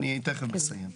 אני תכף מסיים.